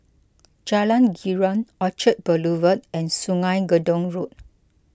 Jalan Girang Orchard Boulevard and Sungei Gedong Road